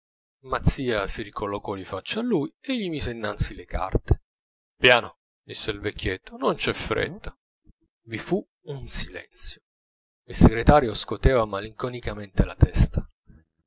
mazzia si ricollocò di faccia a lui e gli mise innanzi le carte piano disse il vecchietto non c'è fretta vi fu un silenzio il segretario scoteva malinconicamente la testa